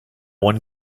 one